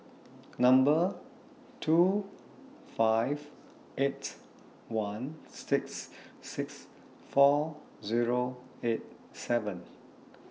Number two five eight one six six four Zero eight seven